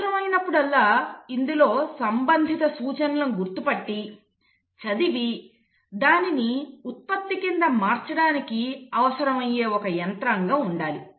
అవసరమైనప్పుడల్లా ఇందులో సంబంధిత సూచనలను గుర్తుపట్టి చదివి దానిని ఉత్పత్తి కింద మార్చడానికి అవసరమయ్యే ఒక యంత్రాంగం ఉండాలి